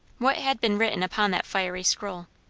what had been written upon that fiery scroll?